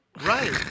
Right